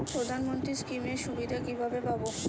প্রধানমন্ত্রী স্কীম এর সুবিধা কিভাবে পাবো?